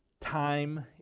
Time